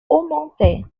augmenter